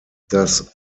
das